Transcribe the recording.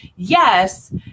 Yes